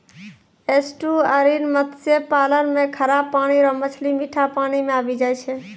estuarine मत्स्य पालन मे खारा पानी रो मछली मीठा पानी मे आबी जाय छै